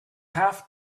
have